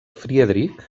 friedrich